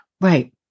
Right